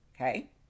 okay